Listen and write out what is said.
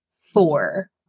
four